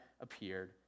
appeared